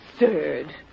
absurd